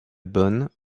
bonn